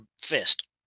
fist